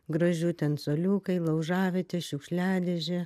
gražių ten suoliukai laužavietė šiukšliadėžė